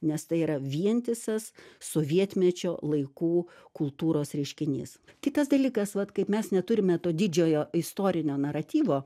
nes tai yra vientisas sovietmečio laikų kultūros reiškinys kitas dalykas vat kaip mes neturime to didžiojo istorinio naratyvo